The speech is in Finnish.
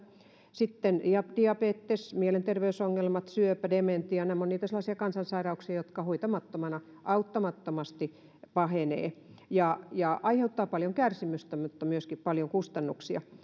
sitten diabetes mielenterveysongelmat syöpä dementia nämä ovat niitä sellaisia kansansairauksia jotka hoitamattomana auttamattomasti pahenevat ja ja aiheuttavat paljon kärsimystä mutta myöskin paljon kustannuksia